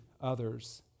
others